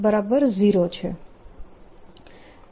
F0 છે